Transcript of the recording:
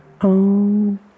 own